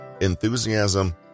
enthusiasm